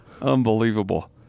Unbelievable